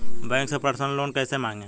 Bank से personal loan कैसे मांगें?